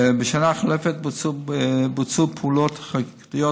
בשנה החולפת בוצעו פעולות חקיקתיות